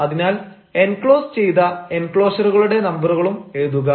അതിനാൽ എൻക്ലോസ് ചെയ്ത എൻക്ലോഷറുകളുടെ നമ്പറുകളും എഴുതുക